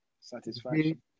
Satisfaction